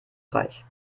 reich